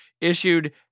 issued